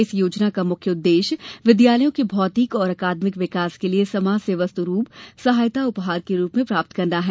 इस योजना का मुख्य उद्देश्य विद्यालयों के भौतिक और अकादमिक विकास के लिये समाज से वस्तू रूप सहायता उपहार के रूप में प्राप्त करना है